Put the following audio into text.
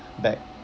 back